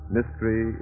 Mystery